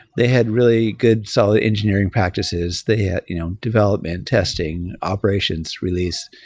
they had really good solid engineering practices. they had you know development, testing, operations release